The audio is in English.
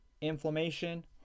inflammation